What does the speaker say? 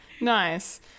Nice